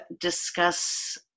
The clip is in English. discuss